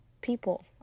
people